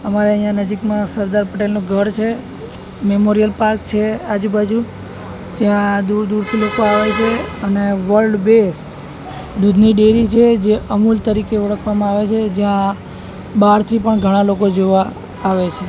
અમારે અહીંયાં નજીકમાં સરદાર પટેલનું ઘર છે મેમોરિયલ પાર્ક છે આજુબાજુ જ્યાં દૂર દૂરથી લોકો આવે છે અને વર્લ્ડ બેસ્ટ દૂધની ડેરી છે જે અમૂલ તરીકે ઓળખવામાં આવે છે જ્યાં બહારથી પણ ઘણા લોકો જોવા આવે છે